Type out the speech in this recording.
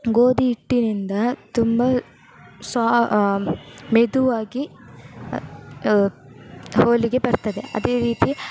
ಗೋಧಿಹಿಟ್ಟಿನಿಂದ ತುಂಬ ಶಾ ಮೆದುವಾಗಿ ಹೋಳಿಗೆ ಬರ್ತದೆ ಅದೇ ರೀತಿ